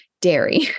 dairy